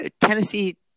Tennessee